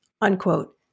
unquote